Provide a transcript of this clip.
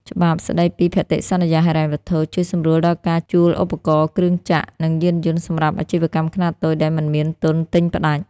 ច្បាប់ស្ដីពីភតិសន្យាហិរញ្ញវត្ថុ ជួយសម្រួលដល់ការជួលឧបករណ៍ គ្រឿងចក្រ និងយានយន្តសម្រាប់អាជីវកម្មខ្នាតតូចដែលមិនមានទុនទិញផ្ដាច់។